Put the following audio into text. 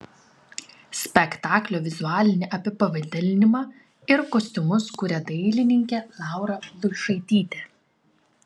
spektaklio vizualinį apipavidalinimą ir kostiumus kuria dailininkė laura luišaitytė